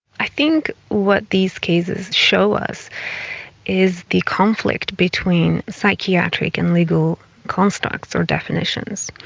i think what these cases show us is the conflict between psychiatric and legal constructs or definitions.